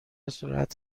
سرعت